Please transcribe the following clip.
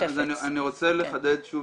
אני רוצה לחדד שוב